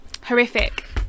horrific